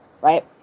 right